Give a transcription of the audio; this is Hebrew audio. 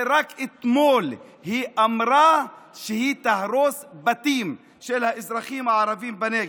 רק אתמול היא אמרה שהיא תהרוס בתים של האזרחים הערבים בנגב.